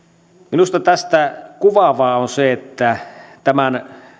minusta tästä kuvaavaa on se että tämän